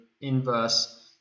inverse